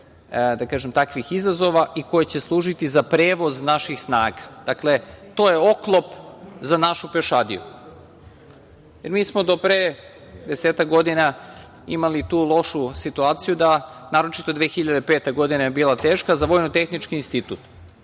vrste takvih izazova i koje će služiti za prevoz naših snaga. Dakle, to je oklop za našu pešadiju. Mi smo do pre desetak godina imali tu lošu situaciju, naročito 2005. godina je bila teška, za Vojno-tehnički institut.